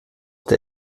der